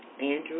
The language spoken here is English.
Andrew